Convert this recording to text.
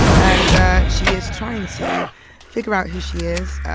and she is trying to figure out who she is.